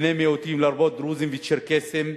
לבני מיעוטים, לרבות דרוזים וצ'רקסים,